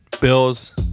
Bills